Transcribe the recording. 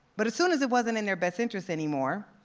but as soon as it wasn't in their best interest anymore,